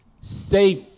Safe